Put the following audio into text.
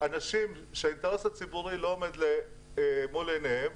אנשים שהאינטרס הציבורי לא עומד מול עיניהם.